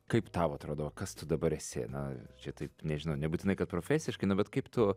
kaip tau atrodo o kas tu dabar esi na čia taip nežinau nebūtinai kad profesiškai nu bet kaip tu